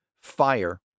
fire